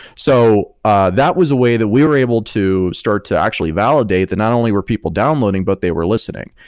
so ah that was the way that we were able to start to actually validate that not only were people downloading, but they were listening.